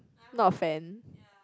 not a fan